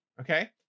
okay